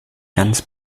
ganz